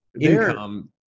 income